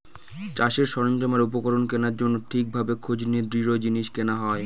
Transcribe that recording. চাষের সরঞ্জাম আর উপকরণ কেনার জন্য ঠিক ভাবে খোঁজ নিয়ে দৃঢ় জিনিস কেনা হয়